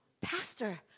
pastor